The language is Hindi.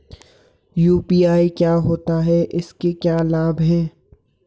यु.पी.आई क्या होता है इसके क्या क्या लाभ हैं?